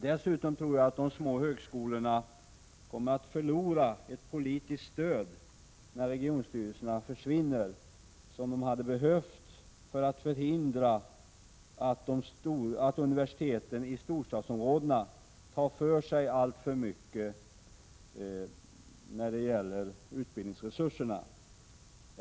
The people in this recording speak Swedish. Dessutom tror jag att de små högskolorna kommer att förlora ett politiskt stöd när regionstyrelserna försvinner, ett stöd som de hade behövt för att förhindra att universiteten i storstadsområdena tar för sig alldeles för mycket av utbildningsresurserna.